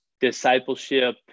discipleship